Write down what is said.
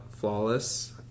flawless